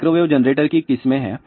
microwave generator की किस्में हैं